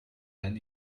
ein